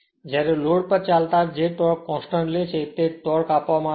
જ્યારે લોડ પર ચાલતા જે ટોર્ક કોંસ્ટંટ લે છે તે ટોર્ક આપવામાં આવે છે